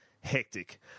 hectic